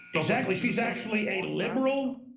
exactly. she's actually a liberal